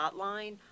hotline